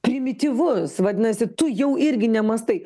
primityvus vadinasi tu jau irgi nemąstai